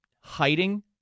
hiding